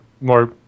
more